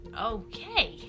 Okay